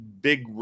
big